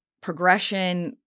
progression